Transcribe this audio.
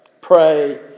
pray